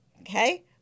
Okay